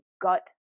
gut